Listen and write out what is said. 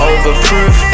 Overproof